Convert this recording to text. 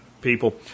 people